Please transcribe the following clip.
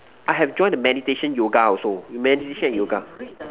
I have joined a meditation yoga also you meditation and yoga